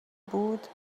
بود